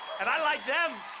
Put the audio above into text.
and i like them.